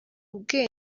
ubwenge